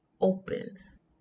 opens